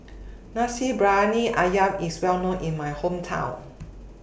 Nasi Briyani Ayam IS Well known in My Hometown